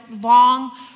long